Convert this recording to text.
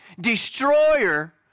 destroyer